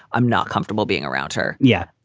i'm not comfortable being around her yeah.